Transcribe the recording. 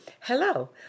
Hello